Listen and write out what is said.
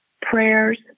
prayers